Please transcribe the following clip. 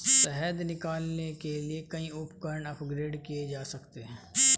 शहद निकालने के लिए कई उपकरण अपग्रेड किए जा सकते हैं